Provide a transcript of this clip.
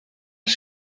als